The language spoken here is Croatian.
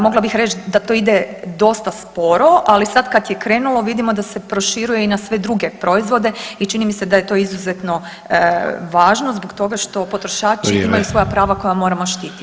Mogla bih reći da to ide dota sporo, ali sada kad je krenulo vidimo da se proširuje i na sve druge proizvode i čini mi se da je to izuzetno važno zbog toga što potrošači imaju svoja prava koja moramo štititi.